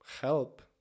help